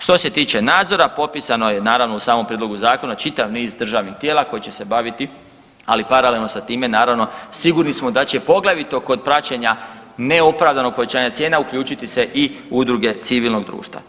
Što se tiče nadzora popisano je naravno u samom prijedlogu zakona čitav niz državnih tijela koji će se baviti, ali paralelno sa time naravno sigurni smo da će poglavito kod praćenja neopravdanog povećanja cijena uključiti se i udruge civilnog društva.